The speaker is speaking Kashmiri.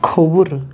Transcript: کھووُر